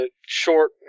short